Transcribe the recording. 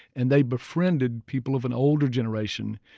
and they befriended people of an older generation,